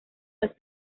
las